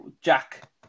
Jack